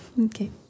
Okay